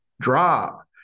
drop